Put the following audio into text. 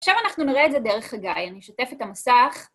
עכשיו אנחנו נראה את זה דרך חגי, אני אשתף את המסך.